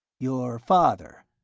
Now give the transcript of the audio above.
your father.